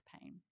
pain